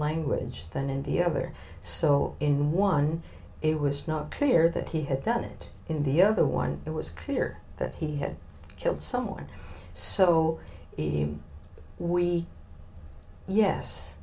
language than in the other so in one it was not clear that he had done it in the other one it was clear that he had killed someone so we yes